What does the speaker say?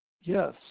Yes